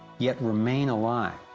yet remain alive.